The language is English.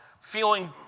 feeling